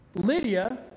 Lydia